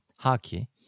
hockey